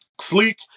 Sleek